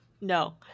No